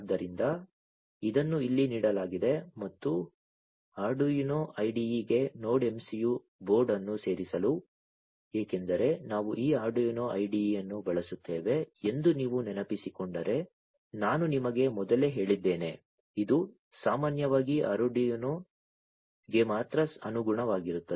ಆದ್ದರಿಂದ ಇದನ್ನು ಇಲ್ಲಿ ನೀಡಲಾಗಿದೆ ಮತ್ತು Arduino IDE ಗೆ ನೋಡ್ MCU ಬೋರ್ಡ್ ಅನ್ನು ಸೇರಿಸಲು ಏಕೆಂದರೆ ನಾವು ಈ Arduino IDE ಅನ್ನು ಬಳಸುತ್ತೇವೆ ಎಂದು ನೀವು ನೆನಪಿಸಿಕೊಂಡರೆ ನಾನು ನಿಮಗೆ ಮೊದಲೇ ಹೇಳಿದ್ದೇನೆ ಇದು ಸಾಮಾನ್ಯವಾಗಿ Arduino ಗೆ ಮಾತ್ರ ಅನುಗುಣವಾಗಿರುತ್ತದೆ